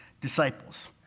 disciples